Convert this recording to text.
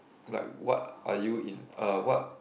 like what are you in uh what